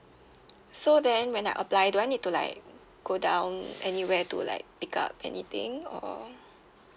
so then when I apply do I need to like go down anywhere to like pick up anything or